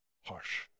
harsh